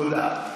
תודה.